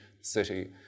city